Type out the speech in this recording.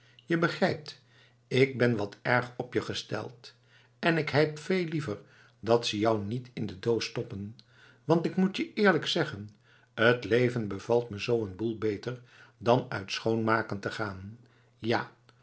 je begrijpt ik ben wat erg op je gesteld en k heb veel liever dat ze jou niet in de doos stoppen want k moet je eerlijk zeggen t leven bevalt me zoo een boel beter dan uit schoonmaken te gaan ja